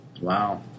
Wow